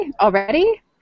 already